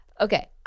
Okay